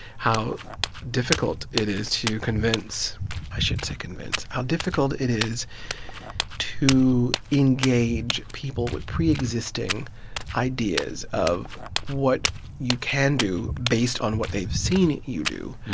how difficult it is to convince i shouldn't say convince how difficult it is to engage people with pre-existing ideas of what you can do based on what they've seen you do.